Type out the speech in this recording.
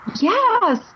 Yes